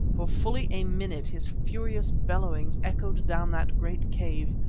for fully a minute his furious bellowings echoed down that great cave,